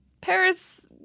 Paris